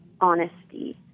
honesty